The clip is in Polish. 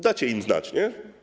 Dacie im znać, nie?